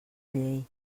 llei